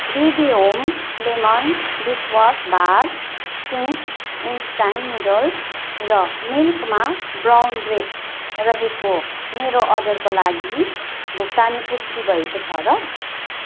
baby home lemon dishwash bar Ching's instant noodles र मिल्कमा brown bread रहेको मेरो अर्डरका लागि भुक्तानी पुष्टि भएको छ र